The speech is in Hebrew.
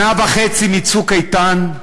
שנה וחצי מ"צוק איתן",